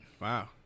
Wow